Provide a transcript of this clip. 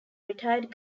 retired